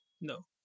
No